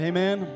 Amen